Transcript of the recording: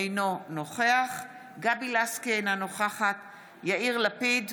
אינו נוכח גבי לסקי, אינה נוכחת יאיר לפיד,